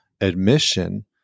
admission